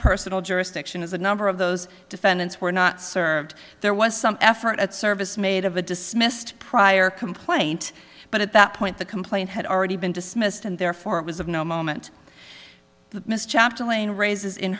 personal jurisdiction as a number of those defendants were not served there was some effort at service made of a dismissed prior complaint but at that point the complaint had already been dismissed and therefore it was of no moment miss chapter lane raises in